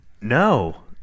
No